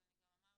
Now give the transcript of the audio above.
אז אני גם אמרתי,